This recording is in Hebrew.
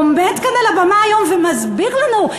עומד כאן על הבמה היום ומסביר לנו: